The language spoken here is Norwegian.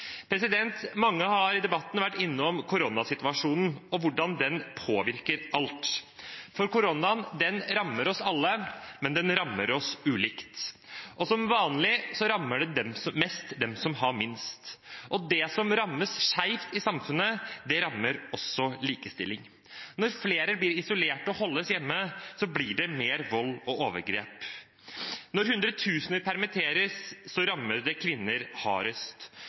Mange har i debatten vært innom koronasituasjonen og hvordan den påvirker alt. Korona rammer oss alle, men det rammer oss ulikt. Som vanlig rammer det mest dem som har minst. Og det som rammer skjevt i samfunnet, rammer også likestillingen. Når flere blir isolert og holdes hjemme, blir det mer vold og overgrep. Når hundretusener permitteres, rammer det kvinner hardest.